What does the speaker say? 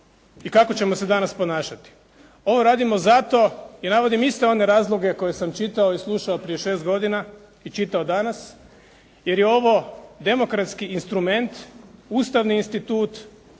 i kako ćemo se danas ponašati? Ovo radimo zato i navodim isto one razloge koje sam čitao i slušao prije 6 godina i čitao danas jer je ovo demokratski instrument, ustavni institut